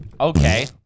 Okay